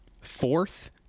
fourth